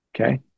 okay